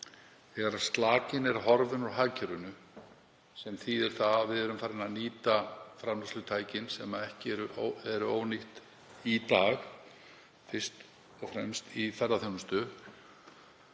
þegar slakinn er horfinn úr hagkerfinu, sem þýðir það að við erum farin að nýta framleiðslutækin sem eru ónýtt í dag, fyrst og fremst í ferðaþjónustu,